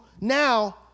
now